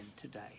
today